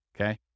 okay